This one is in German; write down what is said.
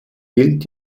gilt